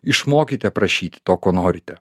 išmokite prašyti to ko norite